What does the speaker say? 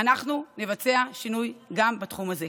אנחנו נבצע שינוי גם בתחום הזה.